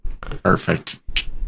Perfect